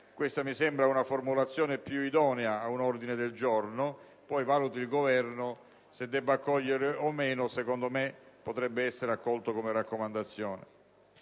Questa mi sembra una formulazione più idonea ad un ordine del giorno, poi valuti il Governo se debba accoglierlo o meno: a mio avviso, potrebbe essere accolto come raccomandazione.